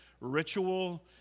ritual